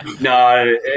no